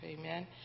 Amen